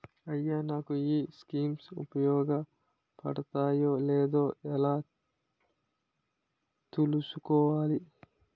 అయ్యా నాకు ఈ స్కీమ్స్ ఉపయోగ పడతయో లేదో ఎలా తులుసుకోవాలి?